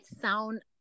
sound